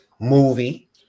movie